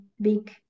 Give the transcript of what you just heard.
big